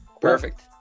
Perfect